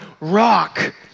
Rock